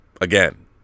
Again